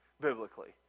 biblically